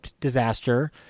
disaster